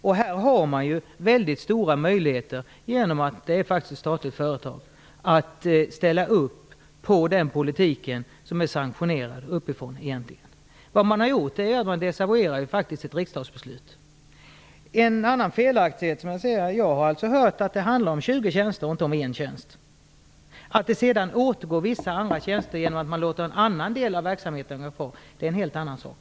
Genom att detta är ett statligt företag finns det stora möjligheter att ställa upp på den politik som egentligen är sanktionerad uppifrån. Här desavouerar man ju faktiskt ett riksdagsbeslut. Sedan finns det en annan felaktighet i detta. Jag har hört att det handlar om 20 tjänster och inte om en tjänst. Att det sedan återgår vissa andra tjänster genom att man låter en annan del av verksamheten vara kvar är en helt annan sak.